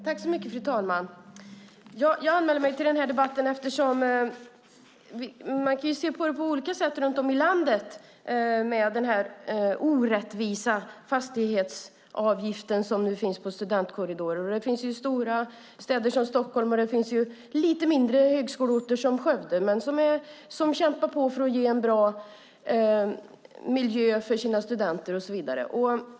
Fru talman! Jag anmälde mig till debatten eftersom man kan se på det här på olika sätt runt om i landet. Det handlar om den orättvisa fastighetsavgift som finns på studentkorridorer. Det finns stora städer som Stockholm och det finns lite mindre högskoleorter som Skövde. De kämpar på för att ge en bra miljö för sina studenter och så vidare.